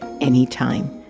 anytime